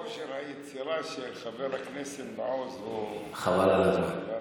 כושר היצירה של חבר הכנסת מעוז הוא חבל על הזמן.